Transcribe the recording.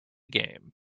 game